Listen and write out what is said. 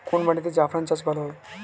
কোন মাটিতে জাফরান চাষ ভালো হয়?